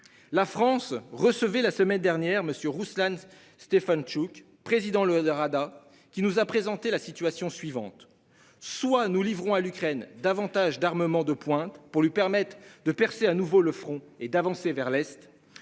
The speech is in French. La France recevez la semaine dernière Monsieur Rouslan Stefantchouk, président le Dorada Rada qui nous a présenté la situation suivante, soit nous livrons à l'Ukraine davantage d'armement de pointe pour lui permettre de percer à nouveau le front et d'avancer vers l'Est